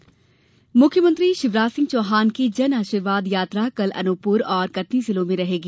जनआशीर्वाद यात्रा मुख्यमंत्री शिवराज सिंह चौहान की जनआशीर्वाद यात्रा कल अनूपपुर और कटनी जिलों में रहेगी